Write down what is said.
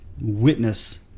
witness